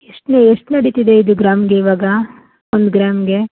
ಎಷ್ಟು ಎಷ್ಟು ನಡಿತಿದೆ ಇದು ಗ್ರಾಮಿಗೆ ಇವಾಗ ಒಂದು ಗ್ರಾಮಿಗೆ